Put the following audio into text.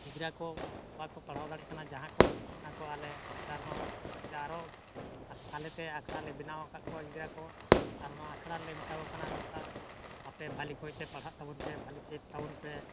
ᱜᱤᱫᱽᱨᱟᱹ ᱠᱚ ᱵᱟᱠᱚ ᱯᱟᱲᱦᱟᱣ ᱫᱟᱲᱮᱭᱟᱜ ᱠᱟᱱᱟ ᱡᱟᱦᱟᱸ ᱠᱚ ᱚᱱᱟᱠᱚ ᱟᱞᱮ ᱱᱮᱛᱟᱨ ᱦᱚᱸ ᱟᱞᱮᱞᱮ ᱢᱤᱫᱴᱮᱡ ᱟᱨᱚ ᱟᱞᱮᱛᱮ ᱟᱠᱷᱲᱟ ᱞᱮ ᱵᱮᱱᱟᱣ ᱟᱠᱟᱫ ᱠᱚᱣᱟ ᱜᱤᱫᱽᱨᱟᱹ ᱠᱚ ᱟᱨ ᱚᱱᱟ ᱟᱠᱷᱲᱟ ᱨᱮᱞᱮ ᱢᱮᱛᱟ ᱠᱚ ᱠᱟᱱᱟ ᱱᱚᱝᱠᱟ ᱟᱯᱮ ᱵᱷᱟᱹᱞᱮ ᱠᱚᱡᱛᱮ ᱯᱟᱲᱦᱟᱜ ᱛᱟᱵᱚᱱ ᱯᱮ ᱵᱷᱟᱹᱞᱤ ᱪᱮᱫ ᱛᱟᱵᱚᱱ ᱯᱮ